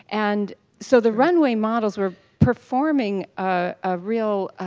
and so the runway models were performing a real,